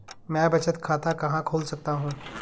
मैं बचत खाता कहां खोल सकता हूँ?